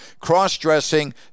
cross-dressing